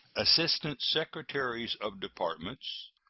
assistant secretaries of departments,